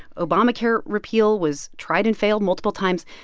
obamacare repeal was tried and failed multiple times.